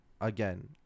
again